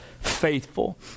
faithful